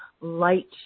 light